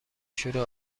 شوره